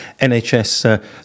NHS